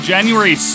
January